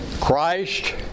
Christ